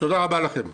תודה רבה לכם.